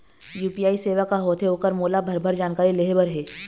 UPI सेवा का होथे ओकर मोला भरभर जानकारी लेहे बर हे?